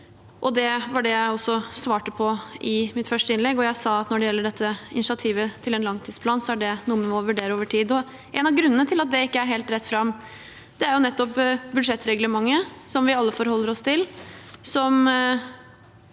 det var det jeg svarte på i mitt første innlegg. Jeg sa at når det gjelder initiativet til en langtidsplan, er det noe man må vurdere over tid. En av grunnene til at det ikke er helt rett fram, er det budsjettreglementet som vi alle forholder oss til,